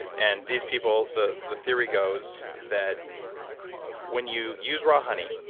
and these people, the the theory goes, that when you use raw honey,